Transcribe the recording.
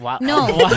No